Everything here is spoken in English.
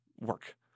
work